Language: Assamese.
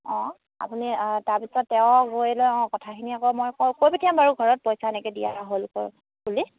অঁ আপুনি তাৰপিছত তেওঁ গৈ লৈ অঁ কথাখিনি আকৌ মই কৈ পঠিয়াম বাৰু ঘৰত পইচা এনেকৈ দিয়া হ'ল ক বুলি